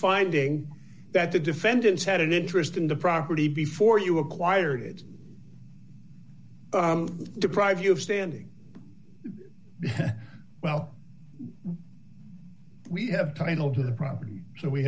finding that the defendants had an interest in the property before you acquired it deprives you of standing well we have title to the property so we